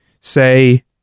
Say